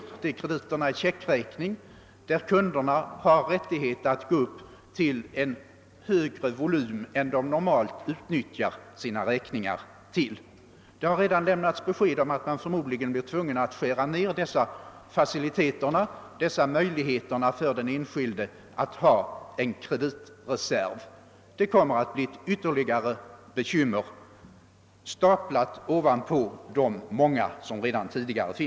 Det gäller krediter i checkräkning, där kunderna har möjlighet att utnyttja större belopp än de normalt tar i anspråk på sina räkningar. Det har lämnats besked om att man förmodligen blir tvungen att skära ned denna facilitet för dem som vill ha en kreditreserv, och det kommer att bli ytterligare ett bekymmer, staplat ovanpå de många som man redan tidigare har.